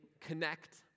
connect